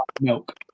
milk